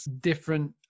different